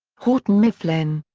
houghton mifflin.